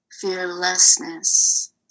fearlessness